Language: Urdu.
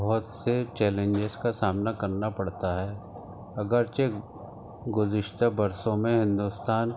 بہت سے چیلنجز کا سامنا کرنا پڑتا ہے اگرچہ گذشتہ برسوں میں ہندوستان